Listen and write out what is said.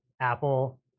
Apple